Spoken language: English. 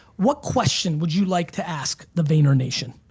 what question would you like to ask the vayner nation?